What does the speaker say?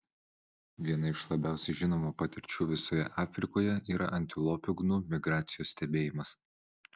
viena iš labiausiai žinomų patirčių visoje afrikoje yra antilopių gnu migracijos stebėjimas